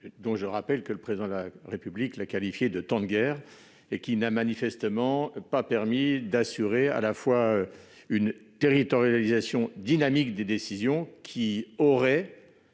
dont je rappelle que le Président de la République l'a qualifiée de « temps de guerre ». Cette gestion de crise n'a manifestement pas permis d'assurer une territorialisation dynamique des décisions qui aurait